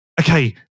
okay